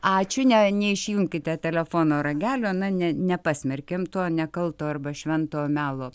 ačiū ne neišjunkite telefono ragelio na ne nepasmerkėm to nekalto arba švento melo